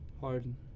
Harden